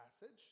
passage